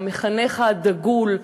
המחנך הדגול,